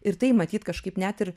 ir tai matyt kažkaip net ir